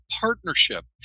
partnership